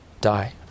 die